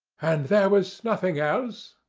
and there was nothing else?